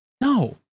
No